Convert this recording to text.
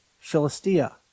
Philistia